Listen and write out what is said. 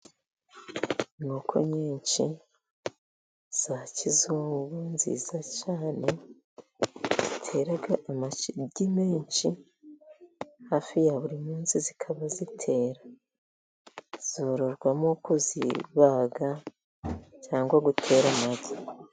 Inkoko nyinshi za kizungu nziza cyane, zitera amagi menshi hafi ya buri munsi zikaba zitera, zororwamo kuzibaga cyangwa gutera amagi.